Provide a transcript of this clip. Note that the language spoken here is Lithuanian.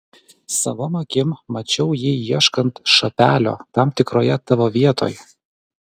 savom akim mačiau jį ieškant šapelio tam tikroje tavo vietoj